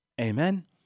Amen